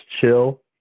chill